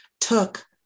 took